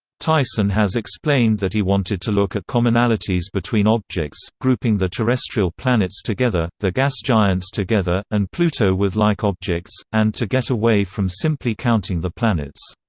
tyson has explained that he wanted to look at commonalities between objects, grouping the terrestrial planets together, the gas giants together, and pluto with like objects, and to get away from simply counting the planets.